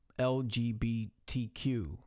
LGBTQ